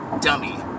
dummy